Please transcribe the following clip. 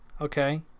okay